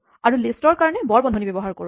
আৰু লিষ্টৰ কাৰণে বৰ বন্ধনী ব্যৱহাৰ কৰোঁ